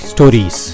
Stories